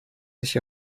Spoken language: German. sich